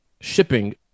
shipping